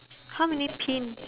how many pin~